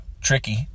tricky